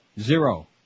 Zero